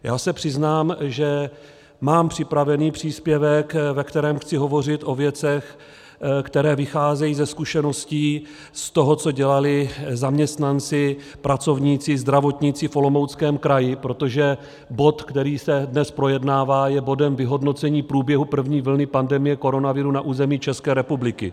Já se přiznám, že mám připravený příspěvek, ve kterém chci hovořit o věcech, které vycházejí ze zkušeností, z toho, co dělali zaměstnanci, pracovníci, zdravotníci v Olomouckém kraji, protože bod, který se dnes projednává, je bodem vyhodnocení průběhu první vlny pandemie koronaviru na území České republiky.